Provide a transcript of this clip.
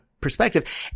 perspective